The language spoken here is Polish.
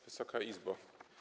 Wysoka Izbo!